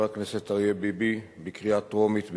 הכנסת אריה ביבי בקריאה טרומית בלבד.